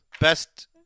Best